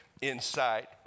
inside